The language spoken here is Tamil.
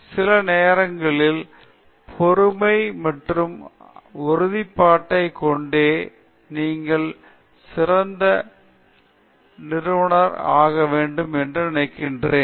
சில நேரங்களில் பொறுமை மற்றும் உறுதிப்பாட்டைக் கொண்டே நீங்கள் நிறுத்த வேண்டும் பின்னர் சிறிது நேரம் செலவிடுவீர்கள் பின்னர் நீங்கள் தானாகவே சில யோசனைகளைப் பெறுவீர்கள் பிறகு உங்கள் ஆராய்ச்சிக்குரிய தரம் மற்றும் அனைவருக்கும் நன்றியை அதிகரிக்கும்